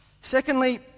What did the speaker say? Secondly